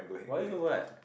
what